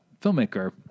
filmmaker